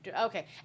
Okay